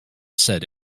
said